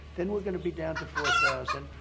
then we're gonna be down to four thousand.